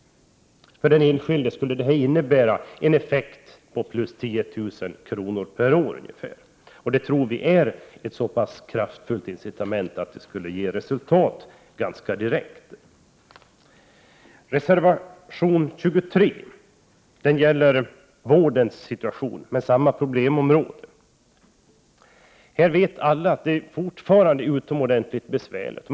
För den enskilde skulle effekten bli ca 10 000 kr. mera peråri plånboken. Det tror vi är ett så pass kraftfullt incitament att det skulle ge resultat direkt. Reservation 23 gäller vårdens situation. Där återfinns samma problemområden. Alla vet vi att det fortfarande är utomordentligt besvärligt.